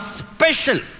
special